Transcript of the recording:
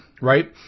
right